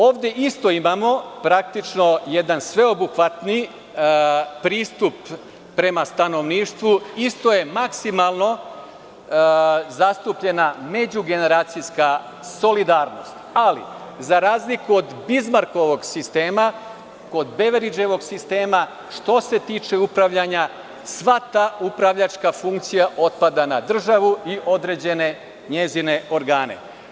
Ovde isto imamo, praktično jedan sveobuhvatni pristup prema stanovništvu, isto je maksimalno zastupljena međugeneracijska solidarnost, ali za razliku od Bizmarkovog sistema kod Beveridževog sistema, što se tiče upravljanja, sva ta upravljačka funkcija otpada na državu i određene njezine organe.